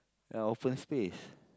ya open space